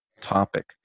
topic